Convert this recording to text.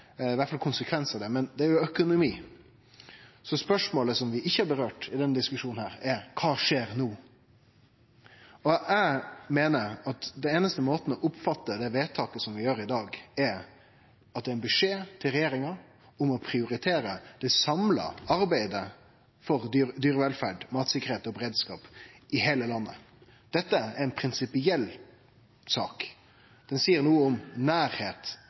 men det er òg økonomi. Så spørsmålet som vi ikkje har tatt opp i denne diskusjonen, er: Kva skjer no? Eg meiner at den einaste måten å oppfatte det vedtaket som vi gjer i dag på, er at det er ein beskjed til regjeringa om å prioritere det samla arbeidet for dyrevelferd, matsikkerheit og beredskap i heile landet. Dette er ei prinsipiell sak. Det seier noko om